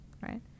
right